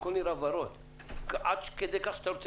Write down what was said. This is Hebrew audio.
הכול נראה ורוד עד כדי כך שאתה רוצה